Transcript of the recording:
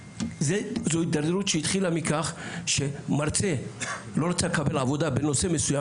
זו התדרדרות שהתחילה מכך שמרצה לא רצה לקבל עבודה בנושא מסויים,